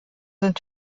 sind